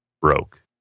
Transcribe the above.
broke